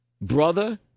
brother